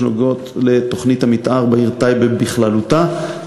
שנוגעות לתוכנית המתאר בעיר טייבה בכללותה,